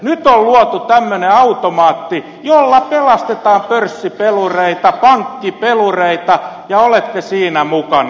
nyt on luotu tämmöinen automaatti jolla pelastetaan pörssipelureita pankkipelureita ja olette siinä mukana